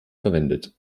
verwendet